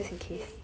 okay